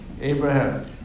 Abraham